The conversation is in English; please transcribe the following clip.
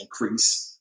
increase